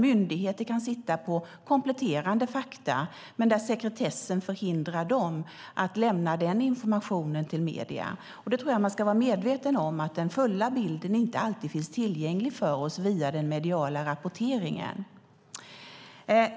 Myndigheter kan sitta på kompletterande fakta, men sekretessen förhindrar dem att lämna den informationen till medierna. Jag tror att man ska vara medveten om att den fulla bilden inte alltid finns tillgänglig för oss via den mediala rapporteringen.